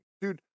dude